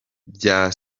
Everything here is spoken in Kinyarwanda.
bya